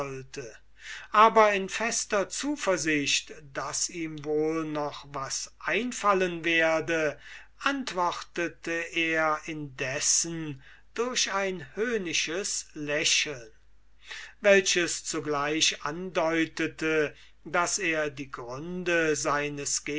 aber in fester zuversicht daß ihm wohl noch was einfallen werde antwortete er indessen durch ein höhnisches lächeln welches zugleich andeutete daß er die gründe seines